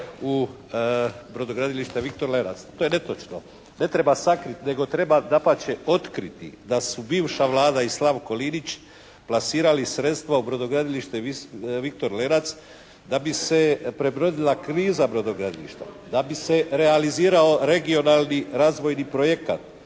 u brodogradilište «Viktor Lenac». To je netočno. Ne treba sakriti, nego treba dapače otkriti. Da su bivša Vlada i Slavko Linić plasirali sredstva u brodogradilište «Viktor Lenac» da bi se prebrodila kriza brodogradilišta. Da bi se realizirao regionalni razvojni projekat.